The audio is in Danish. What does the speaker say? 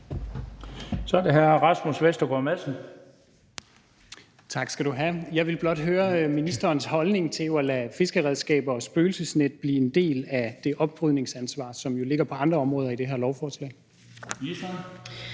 Madsen. Kl. 17:07 Rasmus Vestergaard Madsen (EL): Tak skal du have. Jeg vil blot høre ministerens holdning til at lade fiskeredskaber og spøgelsesnet blive en del af det oprydningsansvar, som der jo ligger på andre områder i det her lovforslag.